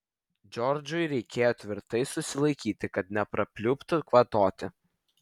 džordžui reikėjo tvirtai susilaikyti kad neprapliuptų kvatoti